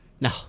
No